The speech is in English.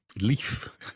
leaf